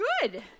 good